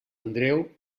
andreu